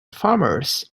farmers